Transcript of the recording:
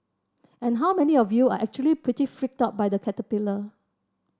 and how many of you are actually pretty freaked out by the caterpillar